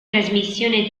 trasmissione